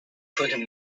put